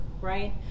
right